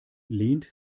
lehnt